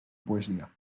poesia